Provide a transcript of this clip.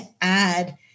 add